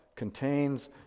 contains